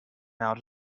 out